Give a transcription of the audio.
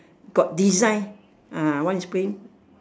got design ah one is green